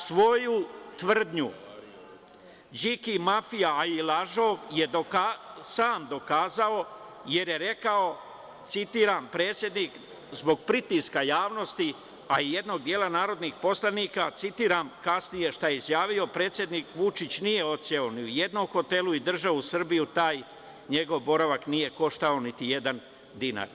Svoju tvrdnju Điki mafija, a i lažov, je sam dokazao jer je reka citiram - predsedsednik zbog pritiska javnosti, a i jednog dela narodnih poslanika, citiram kasnije šta je izjavio, predsednik Vučić nije odseo ni u jednom hotelu, a i državu Srbiju taj njegov boravak nije košta niti jedan dinar.